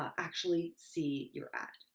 um actually see your ad.